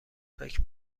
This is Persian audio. فکر